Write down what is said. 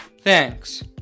Thanks